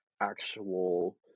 actual